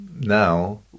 Now